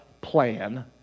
plan